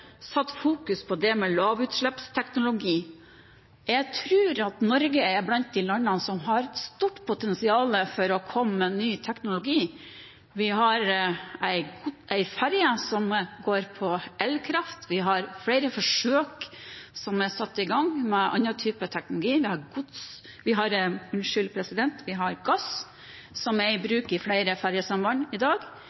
satt fokus på lavutslippsteknologi. Jeg tror at Norge er blant de landene som har et stort potensial for å komme med ny teknologi. Vi har ferge som går på elkraft, vi har flere forsøk som er satt i gang med annen type teknologi, og vi har gass, som er i bruk i flere fergesamband i dag. Det er ingen tvil om at denne typen teknologi også kan tas i bruk i